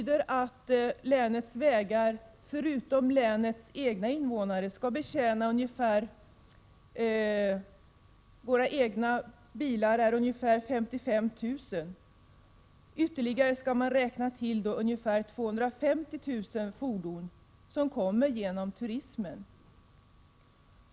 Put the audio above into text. Detta innebär att länets egna vägar skall betjäna, förutom länets egna ca 55 000 personbilar och bussar, ytterligare ca 250 000 fordon som kommer genom turismen.